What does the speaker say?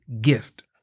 gift